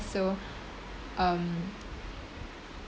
so um